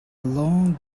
long